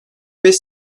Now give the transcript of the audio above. beş